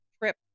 trip